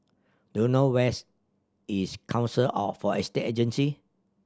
do you know where's is Council Estate Agencies